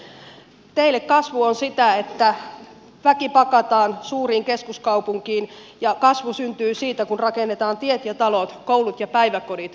teille kasvu on sitä että väki pakataan suuriin keskuskaupunkeihin ja kasvu syntyy siitä kun rakennetaan tiet ja talot koulut ja päiväkodit uudelleen